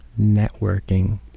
networking